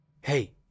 Hey